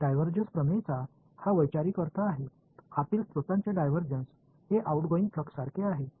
divergence தேற்றத்தின் கருத்தியல் பொருள் இதுதான் உள்ளே உள்ள மூலங்களின் வேறுபாடு வெளிச்செல்லும் ஃப்ளக்ஸுக்கு சமம்